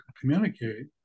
communicate